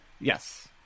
Yes